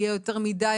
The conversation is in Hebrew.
יותר מדי.